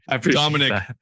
Dominic